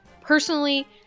Personally